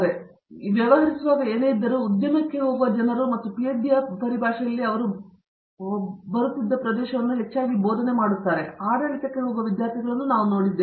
ನಾವು ವ್ಯವಹರಿಸುವಾಗ ಏನೇ ಇದ್ದರೂ ಉದ್ಯಮಕ್ಕೆ ಹೋಗುವ ಜನರು ಮತ್ತು ಪಿಹೆಚ್ಡಿಯ ಪರಿಭಾಷೆಯಲ್ಲಿ ಅವರು ಬರುತ್ತಿದ್ದ ಪ್ರವೇಶವನ್ನು ಹೆಚ್ಚಾಗಿ ಬೋಧನೆ ಮಾಡುತ್ತಿದ್ದಾರೆ ಆದರೆ ಆಡಳಿತಕ್ಕೆ ಹೋಗುವ ವಿದ್ಯಾರ್ಥಿಗಳನ್ನು ನಾವು ಹೊಂದಿದ್ದೇವೆ